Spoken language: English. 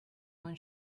when